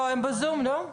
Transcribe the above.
לא, הם בזום, לא?